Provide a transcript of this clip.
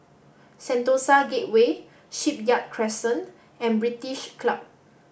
Sentosa Gateway Shipyard Crescent and British Club